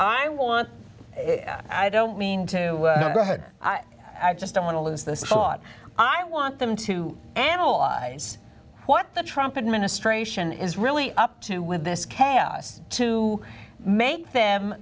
i want i don't mean to go ahead i just don't want to lose this hot i want them to analyze what the trump administration is really up to with this chaos to make them